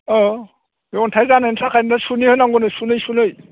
औ बे अन्थाइ जानायनि थाखायनो सुनै होनांगौनो सुनै सुनै